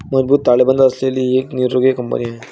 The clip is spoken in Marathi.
मजबूत ताळेबंद असलेली ही एक निरोगी कंपनी आहे